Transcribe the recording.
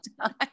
time